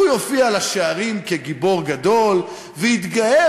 הוא יופיע על השערים כגיבור גדול ויתגאה